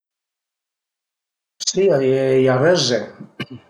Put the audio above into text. Si a ie i aröze